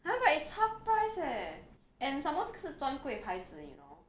!huh! but it's half price eh and some more 这个是 because 专柜牌子 you know